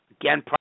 Again